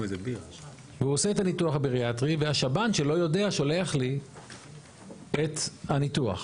והוא עושה את הניתוח הבריאטרי והשב"ן שלא יודע שולח לי את הניתוח.